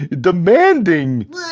demanding